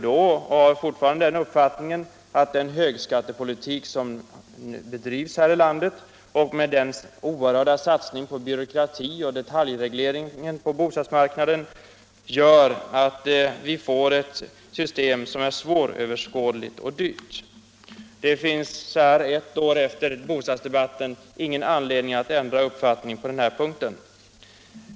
Vi menade då att den högskattepolitik som bedrivs här i landet och den oerhörda satsningen på byråkrati och detaljreglering på bostadsmarknaden gör att vi får ett system som är svåröverskådligt och dyrt. Vi har ett år efter bostadsdebatten ingen anledning att ändra uppfattning på den punkten.